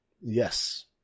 Yes